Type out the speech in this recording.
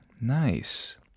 Nice